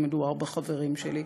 ומדובר בחברים שלי,